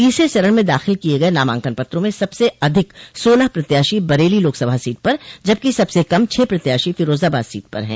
तीसरे चरण में दाखिल किये गये नामांकन पत्रों में सबसे अधिक सोलह प्रत्याशी बरेली लोकसभा सीट पर जबकि सबसे कम छह प्रत्याशी फिरोजाबाद सीट पर है